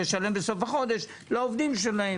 אני מתנצל שהולך לוועדת הכספים.